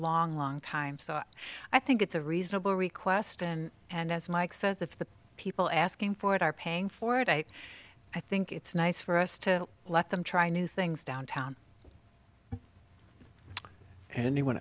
long long time so i think it's a reasonable request and and as mike says if the people asking for it are paying for it i i think it's nice for us to let them try new things downtown an